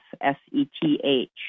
S-E-T-H